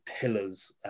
pillars